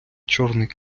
чорний